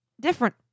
different